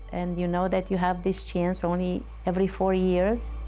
and you know that you have this chance only every four years,